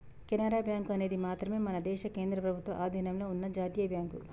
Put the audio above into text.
Canara bank అనేది మాత్రమే మన దేశ కేంద్ర ప్రభుత్వ అధీనంలో ఉన్న జాతీయ బ్యాంక్